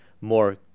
more